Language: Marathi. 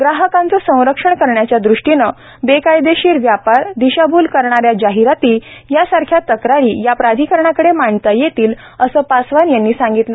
ग्राहकांचं संरक्षण करण्याच्या दृष्टीनं बेकायदेशीर व्यापार दिशाभूल करणाऱ्या जाहिराती यांसारख्या तक्रारी या प्राधिकरणाकडे मांडता येतील असं पासवान यांनी सांगितलं